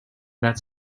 that